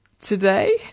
today